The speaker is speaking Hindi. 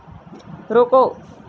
रुको